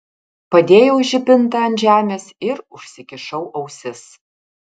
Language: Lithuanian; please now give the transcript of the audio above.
padėjau žibintą ant žemės ir užsikišau ausis